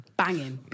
banging